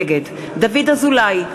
נגד דוד אזולאי,